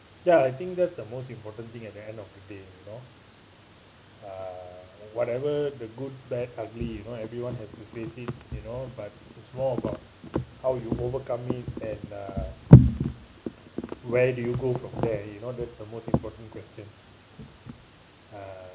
ya I think that's the most important thing at the end of the day you know uh whatever the good bad ugly you know everyone has to face it you know but it's more about how you overcome it and uh where do you go from there you know that's the most important question uh